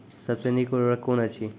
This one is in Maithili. सबसे नीक उर्वरक कून अछि?